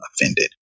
offended